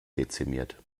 dezimiert